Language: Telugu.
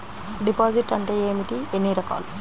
డిపాజిట్ అంటే ఏమిటీ ఎన్ని రకాలు?